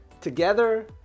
Together